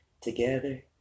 together